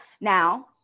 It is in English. Now